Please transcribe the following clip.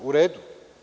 U redu.